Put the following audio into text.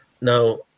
Now